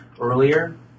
earlier